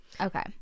Okay